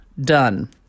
done